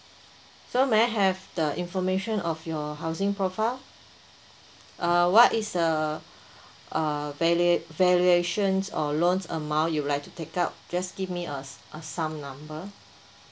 so may I have the information of your housing profile uh what is the uh valua~ valuations or loans amount you'd like to take out just give me us uh some number